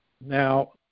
Now